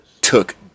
took